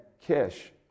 Kish